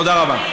תודה רבה.